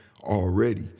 already